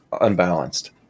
unbalanced